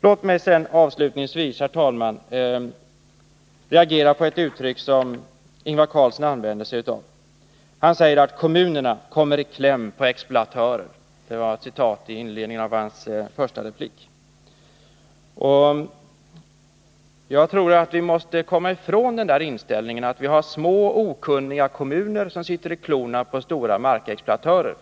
Låt mig sedan avslutningsvis, herr talman, reagera på ett uttryck som Ingvar Carlsson använt sig av. Han säger att kommunerna kommer i kläm mellan exploatörer. Han sade så i inledningen av sitt första inlägg. Jag tror att vi måste komma ifrån inställningen att vi har små, okunniga kommuner som sitter i klorna på stora markexploatörer.